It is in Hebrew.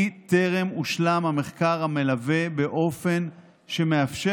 כי טרם הושלם המחקר המלווה באופן שמאפשר